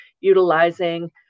utilizing